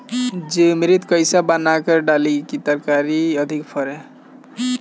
जीवमृत कईसे बनाकर डाली की तरकरी अधिक फरे?